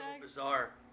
Bizarre